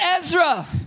Ezra